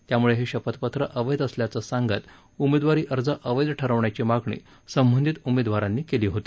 त्यामुळे हे शपथ पत्र अवैध असल्याचं सांगत उमेदवारी अर्ज अवैध ठरवण्याची मागणी संबंधित उमेदवारांनी केली होती